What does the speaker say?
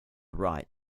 right